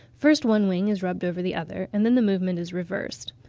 first one wing is rubbed over the other, and then the movement is reversed.